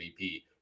MVP